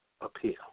Appeal